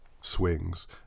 swings